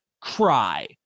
cry